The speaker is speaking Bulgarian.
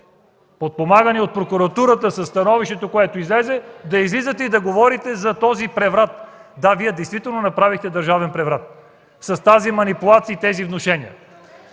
подпомагани от Прокуратурата със становището, което излезе, да излизате и да говорите за този „преврат”. Да, Вие действително направихте държавен преврат с тази манипулация и тези внушения.